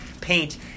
paint